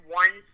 one